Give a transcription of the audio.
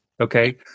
Okay